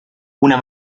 una